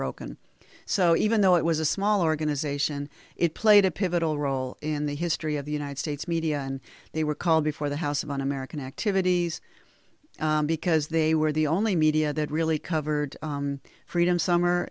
broken so even though it was a small organization it played a pivotal role in the history of the united states media and they were called before the house of un american activities because they were the only media that really covered freedom summer